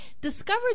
discovered